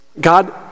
God